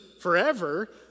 forever